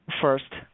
First